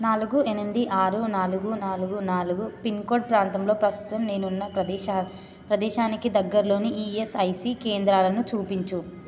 నాలుగు ఎనిమిది ఆరు నాలుగు నాలుగు నాలుగు పిన్కోడ్ ప్రాంతంలో ప్రస్తుతం నేనున్న ప్రదేశా ప్రదేశానికి దగ్గరలోని ఈయస్ఐసి కేంద్రాలును చూపించు